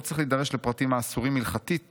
לא צריך להידרש לפרטים האסורים הלכתית